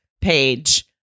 page